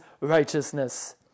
righteousness